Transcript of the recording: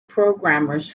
programmers